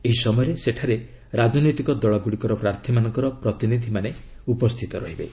ଏହି ସମୟରେ ସେଠାରେ ରାଜନୈତିକ ଦଳରଗୁଡ଼ିକର ପ୍ରାର୍ଥୀମାନଙ୍କ ପ୍ରତିନିଧିମାନେ ଉପସ୍ଥିତ ରହିବେ